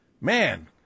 man